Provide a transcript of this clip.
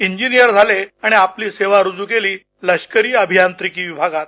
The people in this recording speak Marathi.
इंजिनियर झाले आणि आपली सेवा रुजू केली लष्करी अभियांत्रिकी विभागात